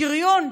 שריון,